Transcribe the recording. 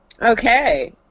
Okay